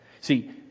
see